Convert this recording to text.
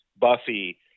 Buffy